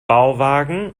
bauwagen